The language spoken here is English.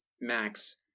Max